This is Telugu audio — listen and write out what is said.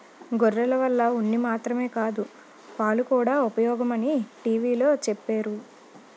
గొర్రెల వల్ల ఉన్ని మాత్రమే కాదు పాలుకూడా ఉపయోగమని టీ.వి లో చెప్పేరు